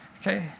Okay